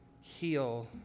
heal